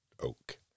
oak